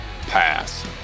Pass